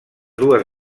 dues